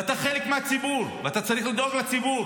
ואתה חלק מהציבור, ואתה צריך לדאוג לציבור.